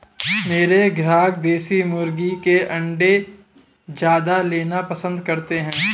मेरे ग्राहक देसी मुर्गी के अंडे ज्यादा लेना पसंद करते हैं